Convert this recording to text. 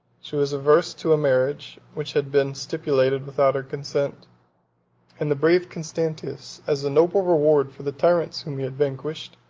she was averse to a marriage, which had been stipulated without her consent and the brave constantius, as a noble reward for the tyrants whom he had vanquished,